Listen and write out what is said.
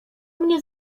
mnie